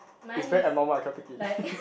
is very abnormal I cannot take it